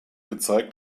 gezeigt